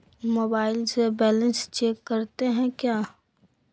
Mobile से balance check करते हैं क्या?